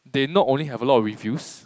they not only have a lot of reviews